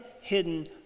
hidden